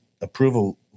approval